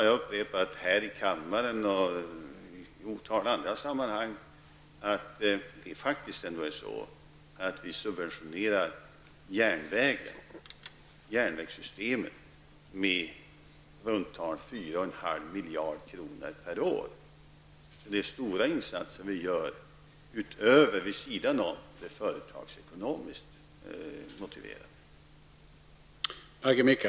Jag har här i kammaren och i ett otal andra sammanhang sagt att vi subventionerar järnvägssystemet med omkring 4,5 miljarder kronor per år. Det är alltså stora insatser vi gör vid sidan av det företagsekonomiskt motiverade.